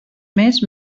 més